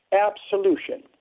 Absolution